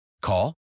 Call